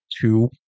two